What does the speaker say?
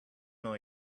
know